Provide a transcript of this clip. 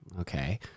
Okay